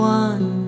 one